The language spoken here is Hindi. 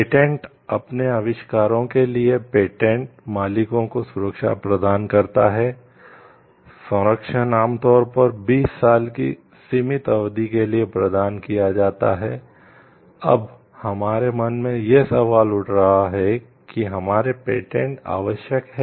पेटेंट आवश्यक हैं